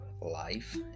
life